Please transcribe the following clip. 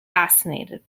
fascinated